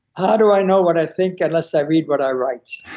how do i know what i think unless i read what i write?